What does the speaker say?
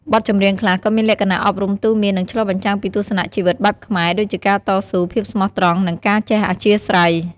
បទចម្រៀងខ្លះក៏មានលក្ខណៈអប់រំទូន្មាន និងឆ្លុះបញ្ចាំងពីទស្សនៈជីវិតបែបខ្មែរ ដូចជាការតស៊ូ ភាពស្មោះត្រង់ និងការចេះអធ្យាស្រ័យ។